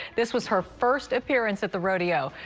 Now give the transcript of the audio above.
this was her first appearance at the rodeo,